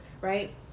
Right